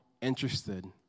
interested